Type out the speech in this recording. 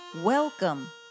Welcome